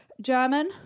German